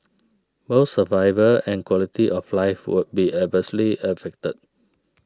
both survival and quality of life would be adversely affected